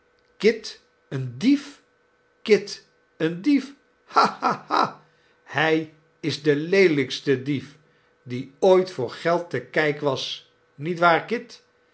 een dief kit een dief ha ha ha hij is de leelijkste dief die ooit voor geld te kijk was niet waar